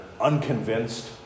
unconvinced